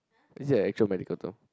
is it an actual medical term